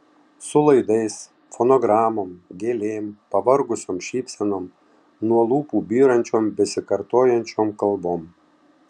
su laidais fonogramom gėlėm pavargusiom šypsenom nuo lūpų byrančiom besikartojančiom kalbom